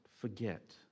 forget